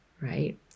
right